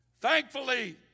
Thankfully